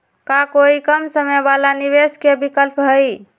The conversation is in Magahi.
का कोई कम समय वाला निवेस के विकल्प हई?